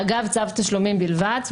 ואגב צו תשלומים בלבד.